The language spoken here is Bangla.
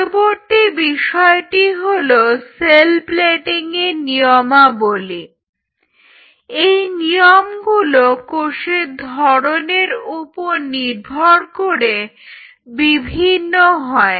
পরবর্তী বিষয়টি হলো সেল প্লেটিং এর নিয়মাবলী এবং এই নিয়মগুলো কোষের ধরনের ওপর নির্ভর করে বিভিন্ন হয়